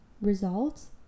results